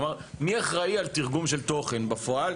כלומר, מי אחראי על תרגום של תוכן בפועל?